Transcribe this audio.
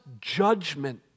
judgment